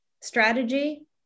strategy